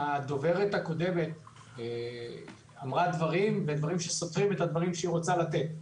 הדוברת הקודמת אמרה דברים שסותרים את הדברים שהיא רוצה לתת.